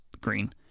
green